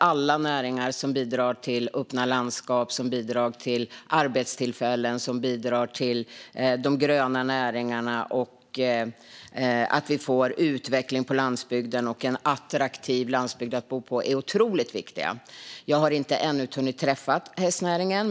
Alla näringar som bidrar till öppna landskap, arbetstillfällen, de gröna näringarna och att vi får utveckling på landsbygden och en attraktiv landsbygd att bo på är otroligt viktiga. Jag har ännu inte hunnit träffa hästnäringen.